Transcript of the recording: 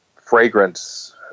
fragrance